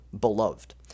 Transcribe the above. beloved